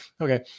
okay